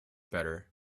better